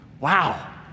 Wow